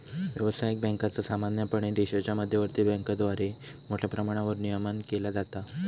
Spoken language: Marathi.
व्यावसायिक बँकांचा सामान्यपणे देशाच्या मध्यवर्ती बँकेद्वारा मोठ्या प्रमाणावर नियमन केला जाता